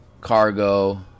cargo